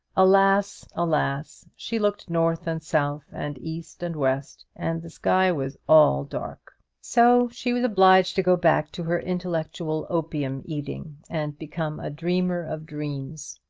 alas, alas! she looked north and south and east and west, and the sky was all dark so she was obliged to go back to her intellectual opium-eating, and become a dreamer of dreams.